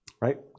Right